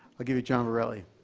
i give you john borelli.